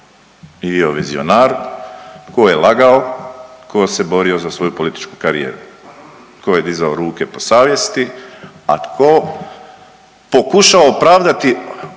je bio vizionar, tko je lagao, tko se borio za svoju političku karijeru, tko je dizao ruke po savjesti, a tko pokušao opravdati